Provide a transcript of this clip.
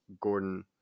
Gordon